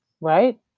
right